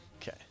Okay